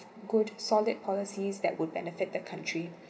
good solid policies that would benefit the country